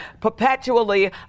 perpetually